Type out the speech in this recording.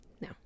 No